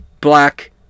black